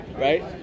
Right